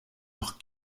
leur